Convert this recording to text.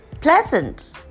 pleasant